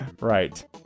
Right